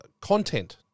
content